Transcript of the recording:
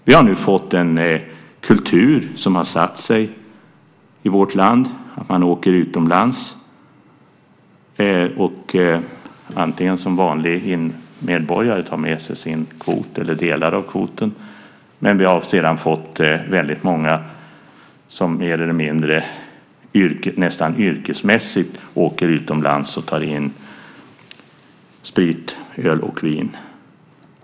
Vi har nu fått en kultur som har satt sig i vårt land. Man åker utomlands som vanlig medborgare och tar med sig sin kvot eller delar av kvoten. Men det är också väldigt många som mer eller mindre nästan yrkesmässigt åker utomlands och tar in sprit, öl och vin.